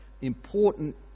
important